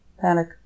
Panic